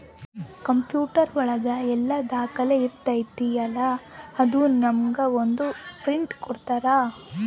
computer ಒಳಗ ಎಲ್ಲ ದಾಖಲೆ ಇರ್ತೈತಿ ಅಲಾ ಅದು ನಮ್ಗೆ ಒಂದ್ ಪ್ರಿಂಟ್ ಕೊಡ್ತಾರ